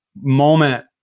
moment